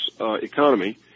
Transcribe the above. economy